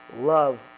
love